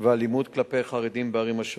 ואלימות כלפי חרדים בערים שונות.